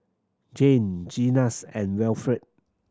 Jann Zenas and Wilfrid